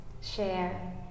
share